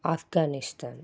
Afghanistan